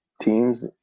teams